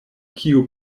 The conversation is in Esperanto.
kiu